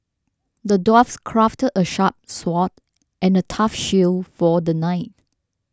the dwarf crafted a sharp sword and a tough shield for the knight